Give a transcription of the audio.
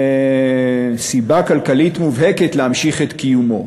סיבה כלכלית מובהקת להמשיך את קיומו,